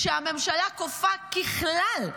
שהממשלה כופה ככלל.